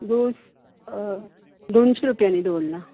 दोस दोनशा रुपयांनी दवरला